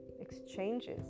exchanges